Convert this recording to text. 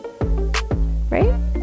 Right